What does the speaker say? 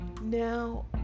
now